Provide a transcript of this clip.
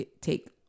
take